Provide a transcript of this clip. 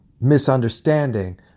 misunderstanding